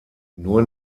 nur